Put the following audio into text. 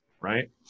right